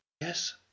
Yes